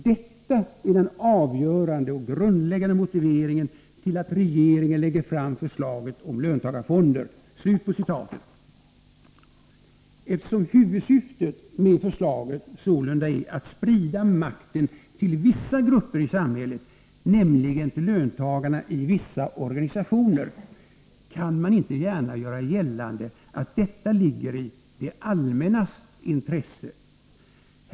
—-—-- Detta är den avgörande och grundläggande motiveringen till att regeringen lägger fram förslaget om löntagarfonder.” Eftersom huvudsyftet med förslaget sålunda är att sprida makten till vissa grupper i samhället, nämligen till löntagarna i vissa organisationer, kan man inte gärna göra gällande att detta ligger i det allmännas intresse.